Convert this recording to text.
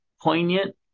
poignant